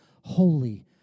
holy